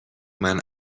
man